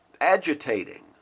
agitating